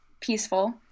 peaceful